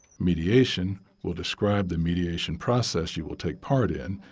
mediation will describe the mediation process you will take part in,